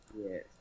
yes